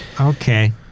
Okay